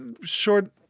Short